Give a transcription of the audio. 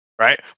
right